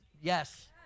yes